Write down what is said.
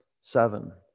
seven